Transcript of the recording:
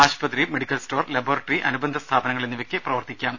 ആശുപത്രി medical store laboratory അനുബന്ധ സ്ഥാപനങ്ങൾ എന്നിവയ്ക്ക് പ്രവർത്തിക്കാം